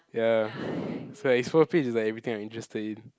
ya so explore page is like everything you're interested in